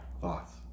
Thoughts